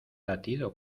latido